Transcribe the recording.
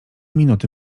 minuty